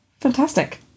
Fantastic